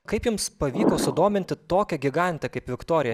kaip jums pavyko sudominti tokią gigantę kaip viktorija